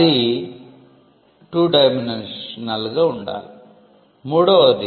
అది 2 డైమెన్షనల్గా ఉండాలి 3